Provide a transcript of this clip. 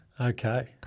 Okay